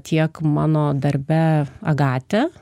tiek mano darbe agate